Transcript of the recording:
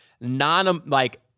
non-like